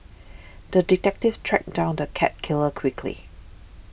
the detective tracked down the cat killer quickly